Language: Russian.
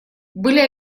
были